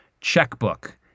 checkbook